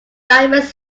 diamond